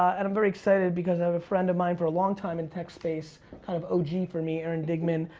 and i'm very excited because i have a friend of mine for a long time, in tech space kind of og for me, aaron dignan,